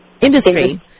Industry